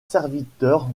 serviteurs